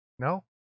No